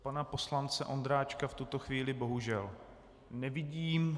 Pana poslance Ondráčka v tuto chvíli bohužel nevidím.